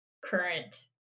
current